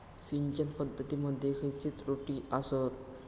सिंचन पद्धती मध्ये खयचे त्रुटी आसत?